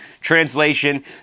Translation